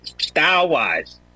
Style-wise